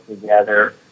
together